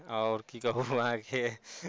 आओर की कहु अहाँके